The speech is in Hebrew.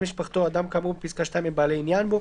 בן משפחתו או אדם כאמור בפסקה (2) הם בעלי עניין בו,